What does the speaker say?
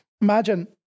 Imagine